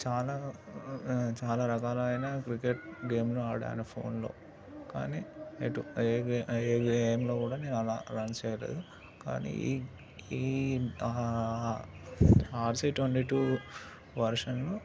చాలా చాలా రకాలైన క్రికెట్ గేమ్లు ఆడాను ఫోన్లో కానీ ఎటు ఏ గేమ్ ఏ గేమ్లో కూడా నేను అలా రన్ చేయలేదు కానీ ఈ ఈ ఆ ఆర్సీ ట్వంటీ టూ వర్షన్